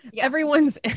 everyone's